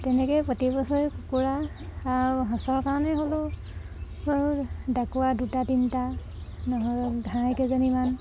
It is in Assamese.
তেনেকৈয়ে প্ৰতি বছৰে কুকুৰা সঁচৰ কাৰণে হ'লেও ডাকুৱা দুটা তিনিটা নহ'লেও ঘাই কেইজনীমান